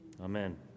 Amen